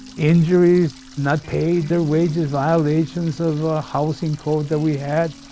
injuries, not paid their wages, violations of a housing code that we had.